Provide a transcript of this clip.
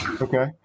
Okay